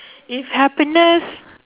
if happiness